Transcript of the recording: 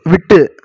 விட்டு